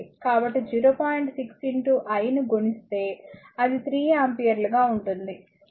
6 I ను గుణిస్తే అది 3 ఆంపియర్లుగా ఉంటుంది